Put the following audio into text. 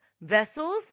vessels